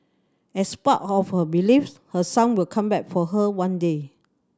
as part of her believes her son will come back for her one day